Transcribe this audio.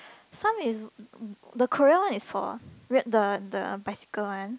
some is the Korean one is for what ah the the bicycle one